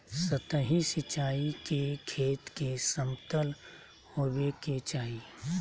सतही सिंचाई के खेत के समतल होवे के चाही